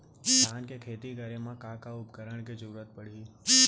धान के खेती करे मा का का उपकरण के जरूरत पड़हि?